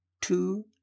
two